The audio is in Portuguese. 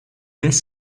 dez